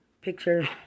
pictures